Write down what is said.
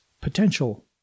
potential